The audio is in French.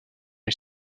les